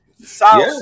South